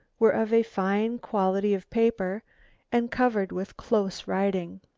were of a fine quality of paper and covered with close writing.